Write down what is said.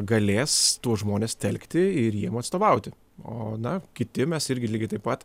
galės tuos žmones telkti ir jiem atstovauti o na kiti mes irgi lygiai taip pat